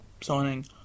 signing